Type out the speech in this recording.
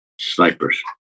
snipers